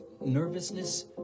nervousness